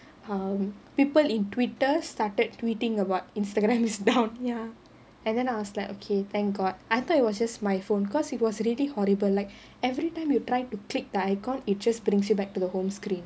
ah people in twitter started tweeting about Instgram is down ya